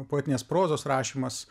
poetinės prozos rašymas